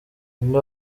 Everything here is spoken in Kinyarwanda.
ninde